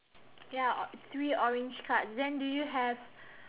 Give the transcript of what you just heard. ya or~ three orange cards then do you have